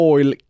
Oil